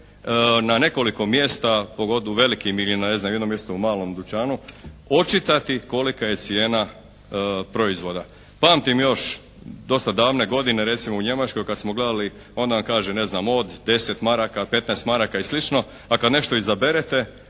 na nekoliko mjesta pogotovo u velikim ili na jednom mjestu u malom dućanu očitati kolika je cijena proizvoda. Pamtim još dosta davne godine u Njemačkoj kad smo gledali, onda vam kaže ne znam od 10 maraka, 15 maraka i slično a kad nešto izaberete